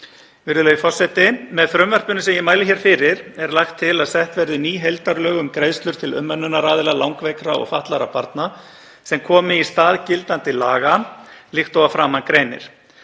Virðulegi forseti. Með frumvarpinu sem ég mæli hér fyrir er lagt til að sett verði ný heildarlög um greiðslur til umönnunaraðila langveikra og fatlaðra barna sem komi í stað gildandi laga líkt og að framan greinir.